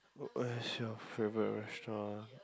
where is your favourite restaurant